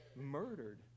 murdered